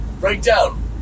breakdown